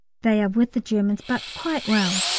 they are with the germans, but quite well.